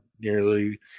nearly –